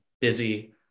busy